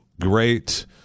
great